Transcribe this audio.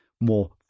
more